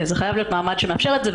זה חייב להיות מעמד שמאפשר את זה,